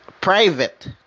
private